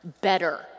better